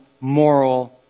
moral